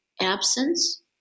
absence